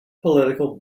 political